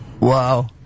Wow